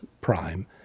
Prime